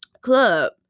club